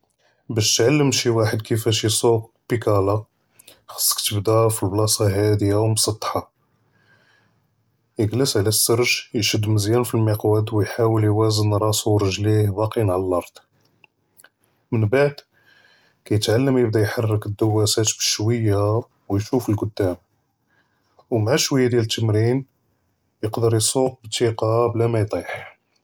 באש תעלם שי ואחד כּיפאש יסוג בּיקּאלה, חצכ תבּדא פבּלאצע האדיה ומסטח'ה, אִגּלאס עלא אלסרְג', ישד מזיאן פאלמקוד, וִיהאוול יואזן ראסו ורג'ליה באקין עלא אלארד, מןבעד כּיתעלם יבדא יחַרכּ דוַאסאת בשוִיה וִישוף לְקדאם, וְמע שוִיה דיאל תמרין, יקדר יסוג בתִיקָה בּלא מִיּטִיח.